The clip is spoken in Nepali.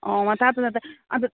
अँ तातो तातो अन्त